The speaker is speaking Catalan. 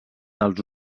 dels